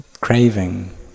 craving